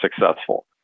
successful